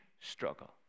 Struggle